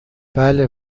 بله